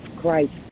Christ